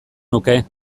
nuke